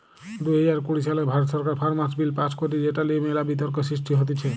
দুই হাজার কুড়ি সালে ভারত সরকার ফার্মার্স বিল পাস্ কইরে যেটা নিয়ে মেলা বিতর্ক সৃষ্টি হতিছে